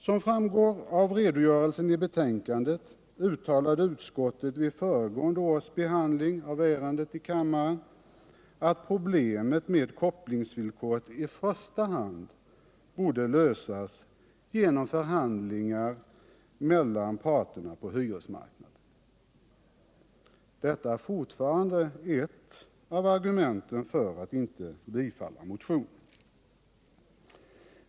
Som framgår av redogörelsen i betänkandet uttalade utskottet vid föregående års behandling av ärendet att problemet med kopplingsvillkoret i första hand borde lösas genom förhandlingar mellan parterna på hyresmarknaden. Detta är fortfa rande ett av argumenten för att inte biträda motionen.